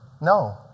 No